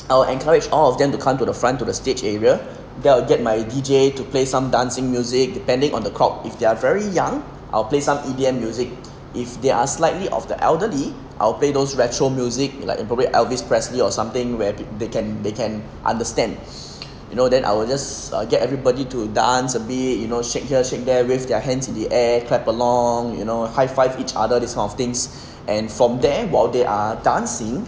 I will encourage all of them to come to the front to the stage area then I'll get my D_J to play some dancing music depending on the crowd if they are very young I'll play some E_D_M music if they are slightly of the elderly I'll play those retro music like err probably elvis presley or something where they can they can understand you know then I will just get everybody to dance a bit you know shake here shake there with their hands in the ev~ clap along you know high five each other this kind of things and from there while they are dancing